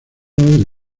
del